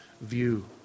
view